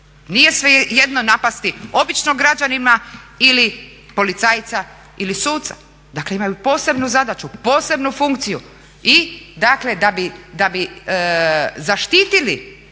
Nije svejedno napasti običnog građanina ili policajca ili suca. Dakle, imaju posebnu zadaću, posebnu funkciju. I dakle da bi zaštitili